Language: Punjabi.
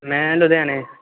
ਮੈਂ ਲੁਧਿਆਣੇ